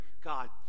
God